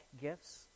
gifts